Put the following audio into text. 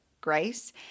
grace